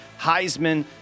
Heisman